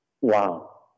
Wow